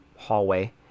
hallway